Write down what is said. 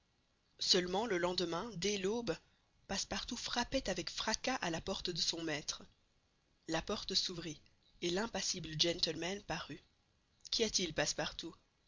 seulement le lendemain dès l'aube passepartout frappait avec fracas à la porte de son maître la porte s'ouvrit et l'impassible gentleman parut qu'y a-t-il passepartout